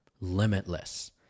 limitless